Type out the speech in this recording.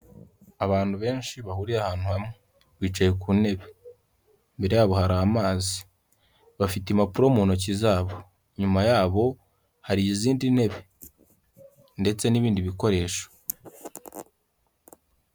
Abantu benshi bahuriye ahantu hamwe, bicaye ku ntebe, imbere yabo hari amazi, bafite impapuro mu ntoki zabo, inyuma yabo hari izindi ntebe ndetse n'ibindi bikoresho.